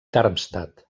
darmstadt